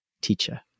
teacher